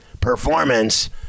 performance